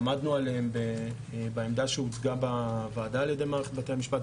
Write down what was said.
עמדנו עליהם בעמדה שהוצגה בוועדה על ידי מערכת בתי המשפט,